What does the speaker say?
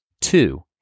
Two